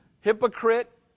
Hypocrite